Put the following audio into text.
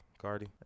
Cardi